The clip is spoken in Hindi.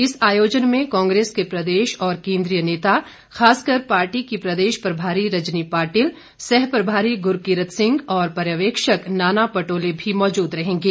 इस आयोजन में कांग्रेस के प्रदेश और केंद्रीय नेता खासकर पार्टी की प्रदेश प्रभारी रजनी पाटिल सह प्रभारी गुरकीरत सिंह और पर्यवेक्षक नाना पटोले भी मौजूद रहेंगे